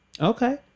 Okay